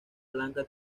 blanca